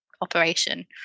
operation